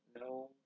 no